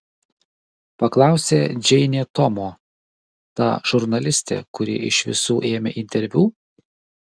paklausė džeinė tomo ta žurnalistė kuri iš visų ėmė interviu